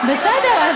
בסדר,